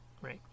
right